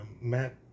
Matt